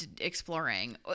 exploring